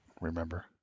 remember